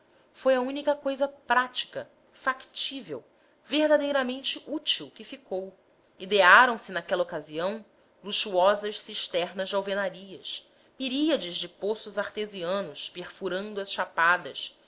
foi a única cousa prática factível verdadeiramente útil que ficou idearam se naquela ocasião luxuosas cisternas de alvenarias miríades de poços artesianos perfurando as chapadas